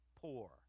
poor